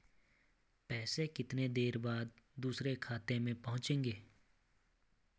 पैसे कितनी देर बाद दूसरे खाते में पहुंचेंगे?